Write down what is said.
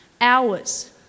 hours